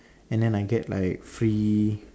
and then I get like free